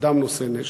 אדם נושא נשק.